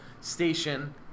station